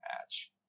match